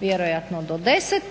vjerojatno do 10,